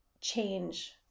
change